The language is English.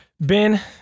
Ben